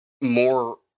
more